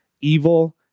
evil